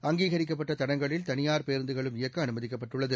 அங்கீகிக்கப்பட்ட தடங்களில் தனியார் பேருந்துகளும் இயக்க அனுமதிக்கப்பட்டுள்ளது